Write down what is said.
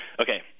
Okay